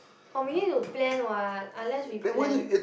or we need to plan what unless we plan